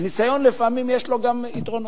וניסיון, לפעמים יש לו גם יתרונות.